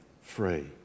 free